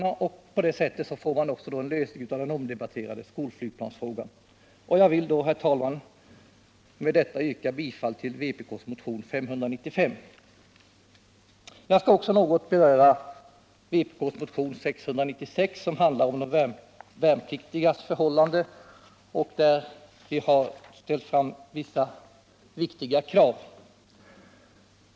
Jag vill därmed, herr talman, yrka bifall till det särskilda yrkande i anslutning till motionen nr 595 som utdelats i kammaren, nämligen 2. en sänkning av försvarskostnaderna med minst 2 miljarder kronor. Jag skall också något beröra vpk:s motion nr 696, som handlar om de värnpliktigas förhållanden. Vi har där ställt vissa viktiga krav.